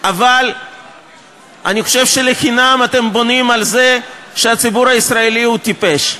אבל אני חושב שלחינם אתם בונים על זה שהציבור הישראלי הוא טיפש.